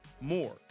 more